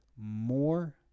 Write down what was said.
more